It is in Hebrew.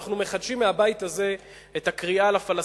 אנחנו מחדשים מהבית הזה את הקריאה לפלסטינים,